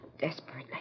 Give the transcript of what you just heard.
Desperately